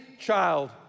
child